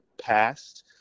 passed